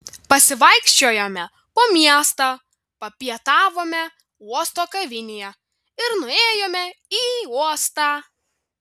pasivaikščiojome po miestą papietavome uosto kavinėje ir nuėjome į uostą